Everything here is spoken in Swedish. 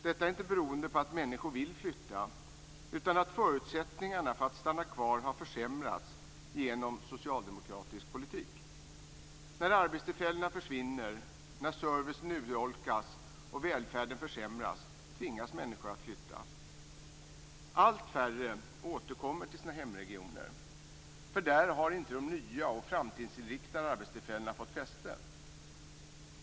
Detta är inte beroende på att människor vill flytta, utan på att förutsättningarna för att stanna kvar har försämrats genom socialdemokratisk politik. När arbetstillfällena försvinner, när servicen urholkas och när välfärden försämras tvingas människor att flytta. Allt färre återkommer till sina hemregioner, eftersom de nya och framtidsinriktade arbetstillfällena inte fått fäste där.